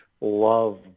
love